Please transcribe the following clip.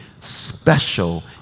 special